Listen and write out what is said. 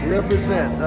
Represent